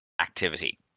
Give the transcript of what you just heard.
activity